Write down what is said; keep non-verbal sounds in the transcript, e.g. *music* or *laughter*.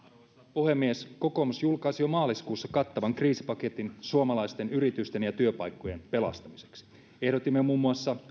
puhemies kokoomus julkaisi jo maaliskuussa kattavan kriisipaketin suomalaisten yritysten ja työpaikkojen pelastamiseksi ehdotimme muun muassa *unintelligible*